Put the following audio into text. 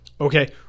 Okay